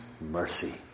mercy